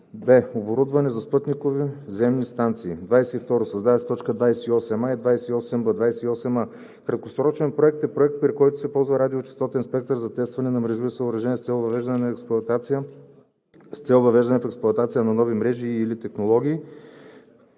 б) оборудване за спътникови земни станции.“ 22. Създават се т. 28а и 28б: „28а. „Краткосрочен проект“ е проект, при който се ползва радиочестотен спектър за тестване на мрежови съоръжения с цел въвеждане в експлоатация на нови мрежи и/или технологии;